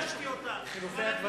יודע שאתה צודק, חיים.